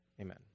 Amen